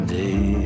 day